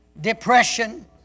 depression